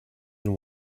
than